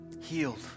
healed